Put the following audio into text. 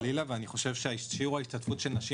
חס וחלילה ואני חושב ששיעור ההשתתפות של נשים